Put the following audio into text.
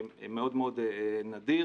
מאוד נדיר.